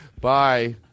Bye